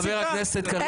חבר הכנסת קריב, תודה.